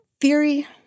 theory –